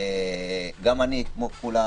גם אני כמו כולם,